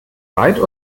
weit